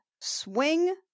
swing